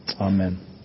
Amen